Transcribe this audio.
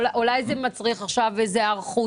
אולי זה מצריך עכשיו איזה היערכות